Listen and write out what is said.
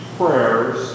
prayers